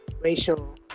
racial